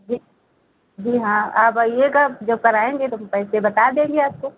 जी जी हाँ आप आइएगा जब कराएंगे तो पैसा बता देंगे आपको